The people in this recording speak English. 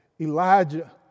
Elijah